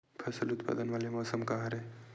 फसल उत्पादन वाले मौसम का हरे?